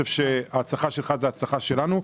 ההצלחה שלך זאת ההצלחה שלנו.